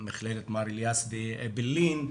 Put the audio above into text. מכללת מר אליאס אעבלין,